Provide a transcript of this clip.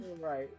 Right